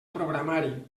programari